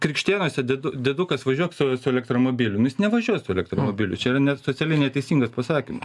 krikštėnuose dėdu dėdukas važiuok su su elektromobiliu nes nevažiuos su elektromobiliu čia yra net socialiai neteisingas pasakymas